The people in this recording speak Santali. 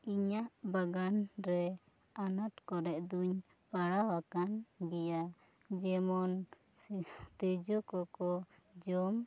ᱤᱧᱟ ᱜ ᱵᱟᱜᱟᱱ ᱨᱮ ᱟᱱᱟᱴ ᱠᱚᱨᱮ ᱫᱩᱧ ᱯᱟᱲᱟᱣ ᱟᱠᱟᱱ ᱜᱮᱭᱟ ᱡᱮᱢᱚᱱ ᱛᱤᱡᱩ ᱠᱚᱠᱚ ᱡᱚᱢ ᱟᱠᱟᱫᱟ